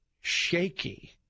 shaky